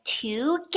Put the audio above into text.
together